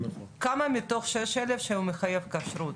כמה מתוך ה-6,000 מחייב כשרות?